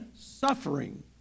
suffering